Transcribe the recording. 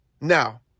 now